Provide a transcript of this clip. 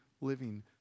living